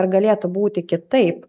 ar galėtų būti kitaip